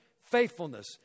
faithfulness